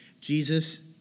Jesus